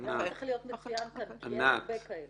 זה צריך להיות מצוין כי אין הרבה כאלה.